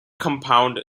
compound